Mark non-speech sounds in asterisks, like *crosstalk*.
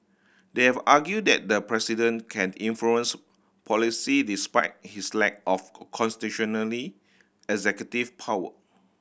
they have argue that the president can influence policy despite his lack of *unintelligible* constitutionally executive power